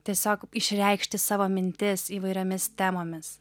tiesiog išreikšti savo mintis įvairiomis temomis